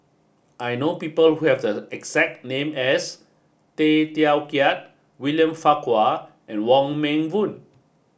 I know people who have the exact name as Tay Teow Kiat William Farquhar and Wong Meng Voon